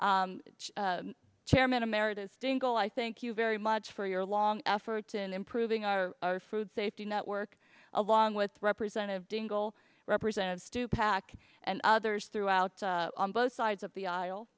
i thank you very much for your long efforts in improving our food safety network along with representative dingell represents to pack and others throughout on both sides of the aisle